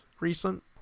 recent